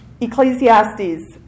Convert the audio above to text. Ecclesiastes